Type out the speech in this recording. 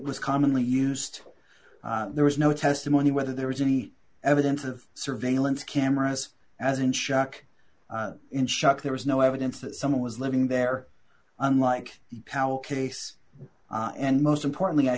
was commonly used there was no testimony whether there was any evidence of surveillance cameras as in shock in shock there was no evidence that someone was living there unlike powell case and most importantly i